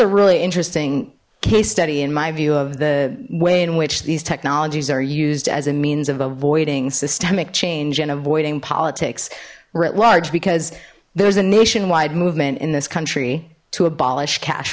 a really interesting case study in my view of the way in which these technologies are used as a means of avoiding systemic change and avoiding politics writ large because there's a nationwide movement in this country to abolish cash